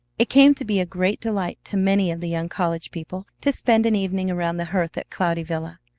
it came to be a great delight to many of the young college people to spend an evening around the hearth at cloudy villa.